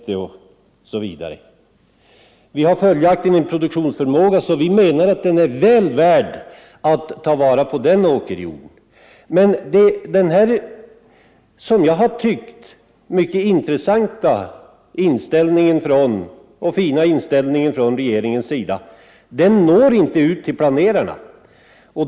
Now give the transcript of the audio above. Vi har följaktligen 165 en produktionsförmåga på vår åkerjord där uppe som vi menar visar att den åkerjorden är väl värd att ta vara på. Den, som jag har tyckt, mycket intressanta och fina inställningen hos regeringen når emellertid inte ut till planerarna.